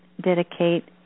dedicate